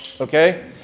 okay